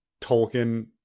tolkien